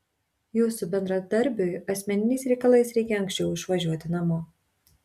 jūsų bendradarbiui asmeniniais reikalais reikia anksčiau išvažiuoti namo